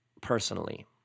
personally